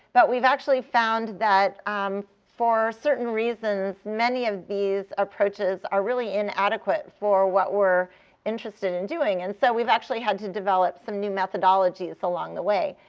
but we've actually found that um for certain reasons, many of these approaches are really inadequate for what we're interested in doing. and so we've actually had to develop some new methodologies along the way.